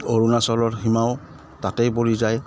অৰুণাচলৰ সীমাও তাতেই পৰি যায়